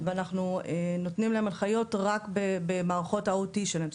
ואנחנו נותנים להם הנחיות רק במערכות ה-OT שלהם,